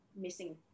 missing